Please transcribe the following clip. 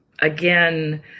again